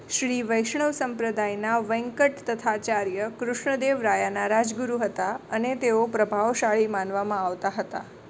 શ્રી વૈષ્ણવ સંપ્રદાયના વેંકટ તથાચાર્ય કૃષ્ણદેવ રાયાના રાજગુરુ હતા અને તેઓ પ્રભાવશાળી માનવામાં આવતા હતા